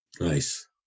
Nice